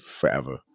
forever